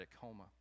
coma